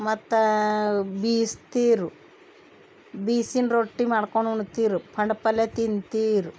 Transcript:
ಮತ್ತು ಬೀಸ್ತೀರು ಬೀಸಿನ ರೊಟ್ಟಿ ಮಾಡ್ಕೊಂಡ್ ಉಣ್ತೀರು ಪಂಡ್ ಪಲ್ಯ ತಿಂತೀರು